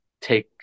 take